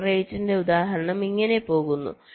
കംപറേറ്ററിന്റെ ഉദാഹരണം ഇങ്ങനെ പോകുന്നു